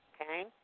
okay